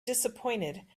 disappointed